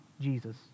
Jesus